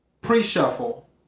Pre-shuffle